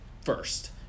first